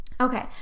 Okay